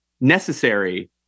necessary